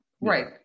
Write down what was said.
Right